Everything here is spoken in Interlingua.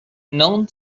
non